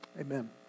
Amen